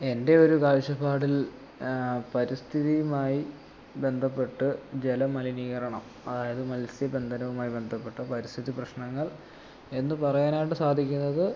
എൻ്റെ ഒരു കാഴ്ച്ചപ്പാടിൽ പരിസ്ഥിതിയുമായി ബന്ധപ്പെട്ട് ജല മലിനീകരണം അതായത് മത്സ്യബന്ധനവുമായി ബന്ധപ്പെട്ട പരിസ്ഥിതി പ്രശ്നങ്ങൾ എന്നു പറയാനായിട്ട് സാധിക്കുന്നത്